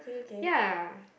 ya